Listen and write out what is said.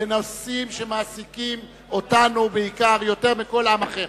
בנושאים שמעסיקים אותנו בעיקר, יותר מכל עם אחר.